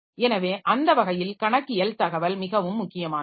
எனவே அந்த வகையில் கணக்கியல் தகவல் மிகவும் முக்கியமானது